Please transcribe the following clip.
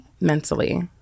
mentally